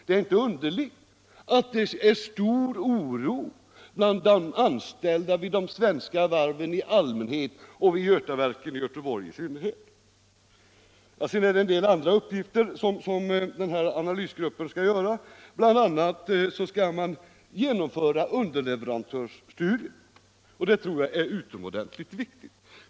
Det är inte underligt att det råder stor oro bland anställda vid de svenska varven i allmänhet och vid Götaverken i Göteborg i synnerhet. Sedan skall analysgruppen utföra en hel del andra uppgifter. Bl. a. skall den genomföra underleverantörsstudier, och det tror jag är utomordentligt viktigt.